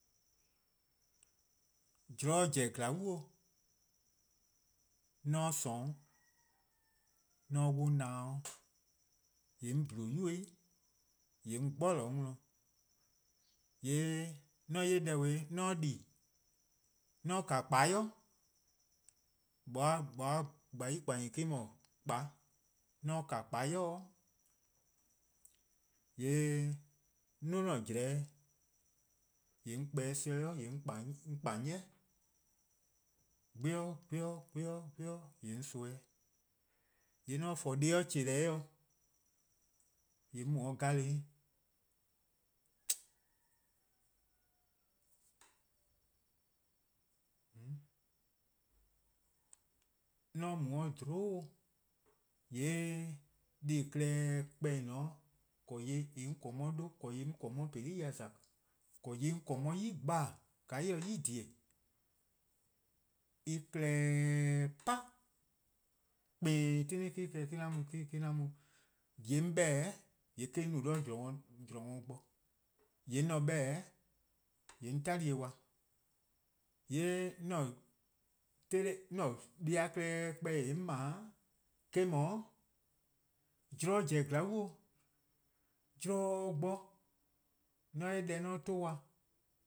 :Mor zorn zen zorn bo,:mor 'on :sorn on, 'on 'wluh 'nyinor :yee' 'on 'dle 'yuba dih, :yee' 'on 'gborlor: worn-dih, :yee' :mor 'on 'ye deh beh 'on di, :mor kan :kpan 'i 'moeh-a 'nyne-' :kpa :nyne me-: 'de kpan 'i-', :mor 'on kan kpan 'i, :yee' 'on 'duo: 'an 'jlehn-' :yee' 'on kpa 'o sobu' ken 'on? Kpa 'ni, 'keoror' 'keoror' 'keoror' :yee' on soan eh, :yee' :mor 'on :forn :mor deh chehneh-' dih :yee' 'on m u 'de garden, :mor 'on mu 'de :dhlun-', :yee' deh-a klehkpeh :en :ne-a 'de, :yeh 'on :korn 'on 'ye-a 'dhu, :yeh 'on :korn 'on 'ye-a :peli'-dih :za, 'dekorn: :yeh 'on :korn 'on 'ye-a 'i gba-dih: :ka en se-a 'i :dhie:, en klehkpeh 'pan, :kpeen klehkpeh, me-: 'an mu, :yeh 'on 'beh-dih:-a :yee' me-: on no 'do zorn :weh-eh bo. :yeh 'on se-a 'beh-dih: :yee' 'on 'tali-eh dih :yee' 'an-a' deh-a klehkpeh 'on 'ble-a eh-: 'dhu, :mor zorn zen zorn-bo:mla. i, zorn- bo, :mor 'on 'ye deh 'on 'tuh-dih,.